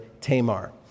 Tamar